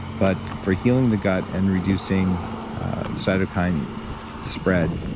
but for healing the gut, and reducing a cytokine spread,